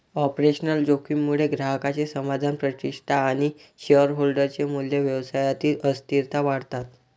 operational जोखीम मुळे ग्राहकांचे समाधान, प्रतिष्ठा आणि शेअरहोल्डर चे मूल्य, व्यवसायातील अस्थिरता वाढतात